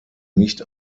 nicht